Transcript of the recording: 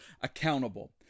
accountable